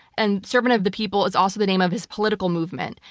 and servant of the people is also the name of his political movement.